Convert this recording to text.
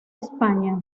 españa